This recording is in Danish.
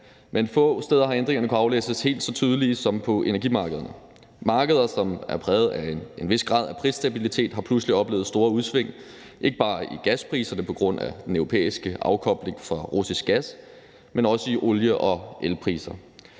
Men få steder har ændringerne kunnet aflæses helt så tydeligt som på energimarkedet. Markeder, som er præget af en vis grad af prisstabilitet, har pludselig oplevet store udsving, ikke bare i gaspriserne på grund af den europæiske afkobling fra russisk gas, men også i olie- og elpriser.